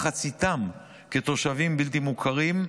מחציתם כתושבים בלתי מוכרים,